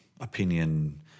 opinion